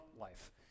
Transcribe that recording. life